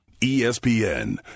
ESPN